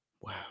Wow